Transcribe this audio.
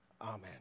Amen